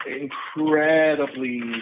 incredibly